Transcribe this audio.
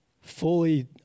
fully